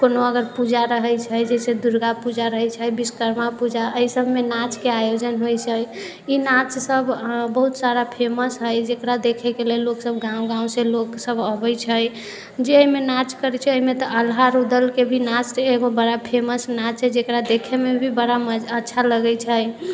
कोनो अगर पूजा रहै छै जैसे दुर्गा पूजा रहै छै विश्वकर्मा पूजा अय सभमे नाचके आयोजन होइ छै ई नाच सभ अऽ बहुत सारा फेमस हय जकरा देखैके लेल लोक सभ गाँव गाँवसँ लोक सभ अबै छै जे अइमे नाच करै छै अइमे तऽ अल्लाह रुदलके भी नाच एगो बड़ा फेमस नाच छै जकरा देखैमे भी बड़ा मजा अच्छा लगै छै